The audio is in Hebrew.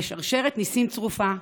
בשרשרת ניסים צרופה,